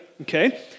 okay